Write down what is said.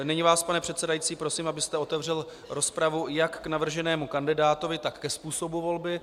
Nyní vás, pane předsedající, prosím, abyste otevřel rozpravu, jak k navrženému kandidátovi, tak ke způsobu volby.